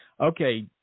Okay